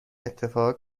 اتفاق